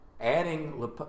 adding